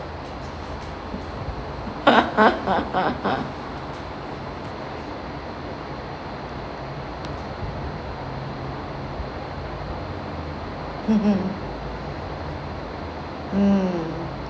mm